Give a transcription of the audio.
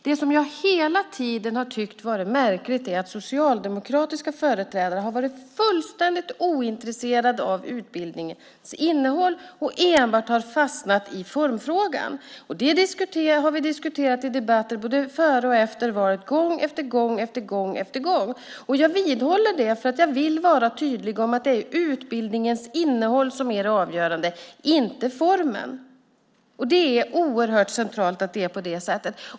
Det som jag hela tiden har tyckt varit märkligt är att socialdemokratiska företrädare har varit fullständigt ointresserade av utbildningens innehåll och enbart har fastnat i formfrågan. Det har vi diskuterat i debatter, både före och efter valet, gång på gång. Jag vidhåller, eftersom jag vill vara tydlig, att det är utbildningens innehåll som är det avgörande, inte formen. Det är oerhört centralt.